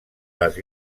les